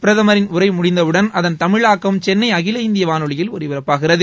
பிரதமின் உரை முடிந்தவுடன் அதன் தமிழாக்கம் சென்னை அகில இந்திய வானொலியில் ஒலிபரப்பாகிறது